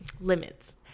limits